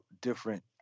different